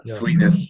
Sweetness